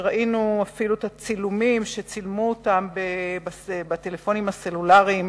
שראינו אפילו את הצילומים שצילמו אותם בטלפונים הסלולריים.